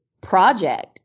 project